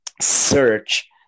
search